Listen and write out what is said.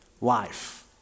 life